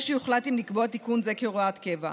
שיוחלט אם לקבוע תיקון זה כהוראת קבע.